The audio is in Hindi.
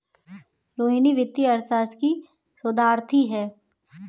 रोहिणी वित्तीय अर्थशास्त्र की शोधार्थी है